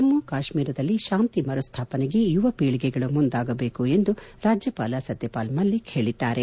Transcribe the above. ಜಮ್ಮ ಕಾಶ್ಮೀರದಲ್ಲಿ ತಾಂತಿ ಮರುಸ್ವಾಪನೆಗೆ ಯುವಪೀಳಿಗೆಗಳು ಮುಂದಾಗಬೇಕು ಎಂದು ರಾಜ್ಯಪಾಲ ಸತ್ತಪಾಲ್ ಮಲ್ಲಿಕ್ ಹೇಳಿದ್ದಾರೆ